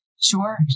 Sure